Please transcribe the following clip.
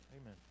Amen